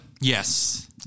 Yes